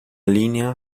linea